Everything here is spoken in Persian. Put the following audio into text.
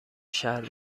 شهر